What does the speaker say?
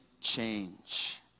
change